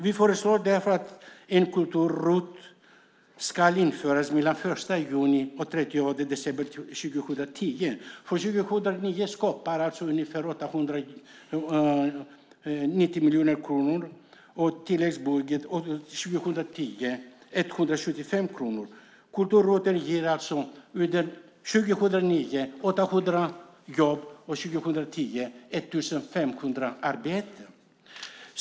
Vi föreslår därför att ett kultur-ROT-avdrag införs mellan den 1 juni och 30 december 2010. För 2009 innebär det ungefär 90 miljoner i tilläggsbudgeten och för 2010 ungefär 175 miljoner. Kultur-ROT:en skulle alltså ge 800 jobb under 2009 och 1 500 jobb under 2010.